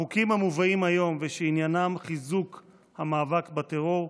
החוקים המובאים היום, שעניינם חיזוק המאבק בטרור,